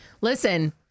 Listen